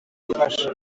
ubufasha